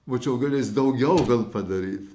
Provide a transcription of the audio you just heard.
būčiau galėjęs daugiau gal padaryt